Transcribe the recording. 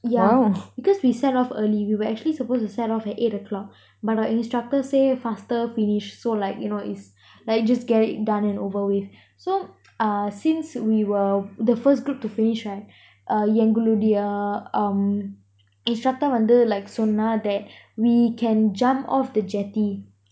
yeah because we set off early we were actually supposed to set off at eight o'clock but our instructor say faster finish so like you know it's like you just get done and over with so uh since we were the first group to finish right uh எங்களுடைய:engaludaya um instructor வந்து சொன்ன:vanthu sonna like so now that we can jump off the jetty